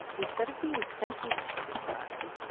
instead of being sentenced for his crime.